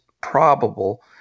probable